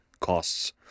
costs